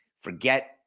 Forget